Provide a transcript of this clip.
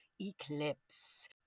eclipse